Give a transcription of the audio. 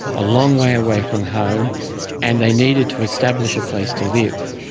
a long way away from home and they needed to establish a place to live.